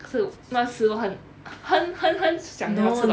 可是那是我很很很很想要吃到